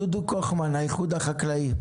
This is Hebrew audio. דודו קוכמן, מהאיחוד החקלאי,